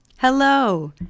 Hello